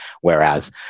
whereas